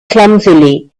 clumsily